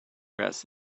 press